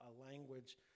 language